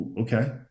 okay